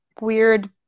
weird